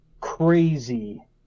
crazy